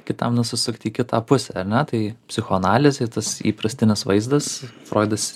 kitam nusisukti į kitą pusę ane tai psichoanalizėj tas įprastinis vaizdas froidas